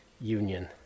union